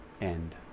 end